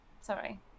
Sorry